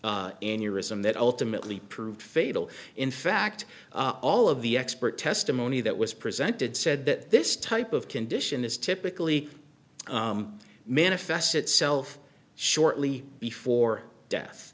that ultimately proved fatal in fact all of the expert testimony that was presented said that this type of condition is typically manifests itself shortly before death